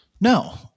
No